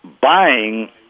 buying